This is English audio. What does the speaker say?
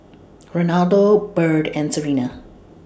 Renaldo Bird and Serena